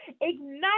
ignite